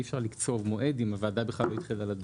אי אפשר לקצוב מועד אם הוועדה בכלל לא התחילה לדון.